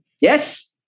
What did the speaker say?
Yes